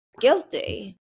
guilty